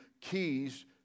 keys